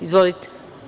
Izvolite.